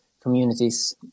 communities